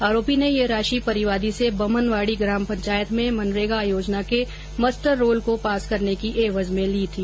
आरोपी ने ये राशि परिवादी से बमनवाड़ी ग्राम पंचायत में मनरेगा योजना के मस्टरोल को पास करने की एवज में ली थी